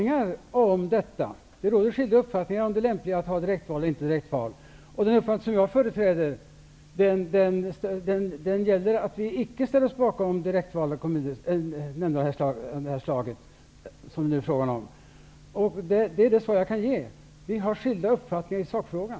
Herr talman! Det råder skilda uppfattningar om det lämpliga i att ha direktval eller att inte ha det. Den uppfattning som jag företräder innebär att vi inte ställer oss bakom direktval av det slag som det nu är fråga om. Det är det svar som jag kan ge. Vi har skilda uppfattningar i sakfrågan.